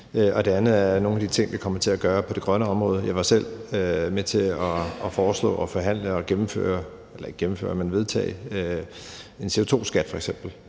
det andet er nogle af de ting, vi kommer til at gøre på det grønne område. Jeg var selv med til at foreslå og forhandle og vedtage en CO2-skat